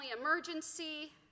emergency